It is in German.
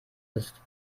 ist